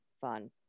fun